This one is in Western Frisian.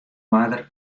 oarder